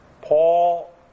Paul